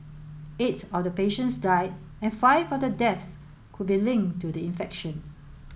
eight of the patients died and five of the deaths could be linked to the infection